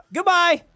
Goodbye